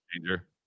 Danger